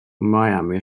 miami